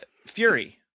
Fury